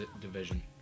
division